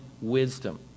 wisdom